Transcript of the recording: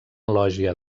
lògia